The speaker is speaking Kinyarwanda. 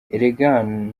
erega